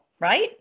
right